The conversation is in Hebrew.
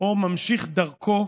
או ממשיך דרכו